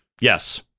Yes